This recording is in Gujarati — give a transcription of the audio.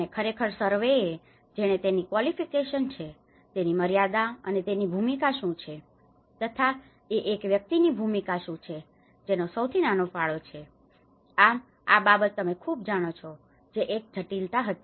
અને ખરેખર સર્વેયર જેણે તેની ક્વાલિફિકેશન qualification લાયકાત છે તેની મર્યાદા અને તેની ભૂમિકા શું છે તથા એ એક વ્યક્તિની ભૂમિકા શું છે જેનો સૌથી નાનો ફાળો છે આમ આ બાબત તમે ખૂબ જાણો છો જે એક જટિલતા હતી